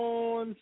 on